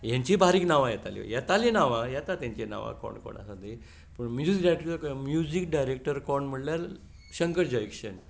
येतालीं नांवां पूण म्युझीक डायरॅक्टर कोण म्हणल्यार शंकर जयकिशन